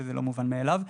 שזה לא מובן מאליו.